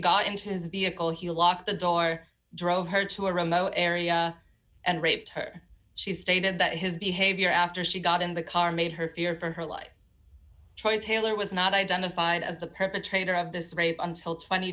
got into his vehicle he locked the door drove her to a remote area and raped her she stated that his behavior after she got in the car made her fear for her life troy taylor was not identified as the perpetrator of this rape until tw